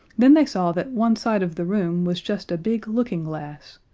then they saw that one side of the room was just a big looking glass,